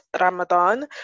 Ramadan